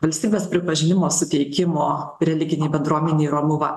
valstybės pripažinimo suteikimo religinei bendruomenei romuva